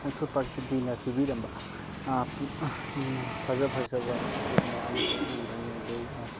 ꯑꯩꯈꯣꯏ ꯄꯔꯀꯤꯇꯤꯅ ꯄꯤꯕꯤꯔꯝꯕ ꯐꯖ ꯐꯖꯕ ꯎꯆꯦꯛ ꯃꯌꯥꯝ ꯑꯃꯁꯨ ꯎꯔꯅꯤ ꯑꯗꯨꯒ